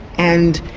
and,